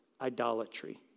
idolatry